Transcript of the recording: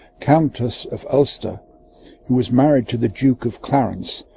counters of ulster who was married to the duke of clarence,